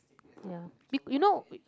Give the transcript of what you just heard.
ya you you know